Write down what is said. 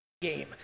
game